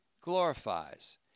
glorifies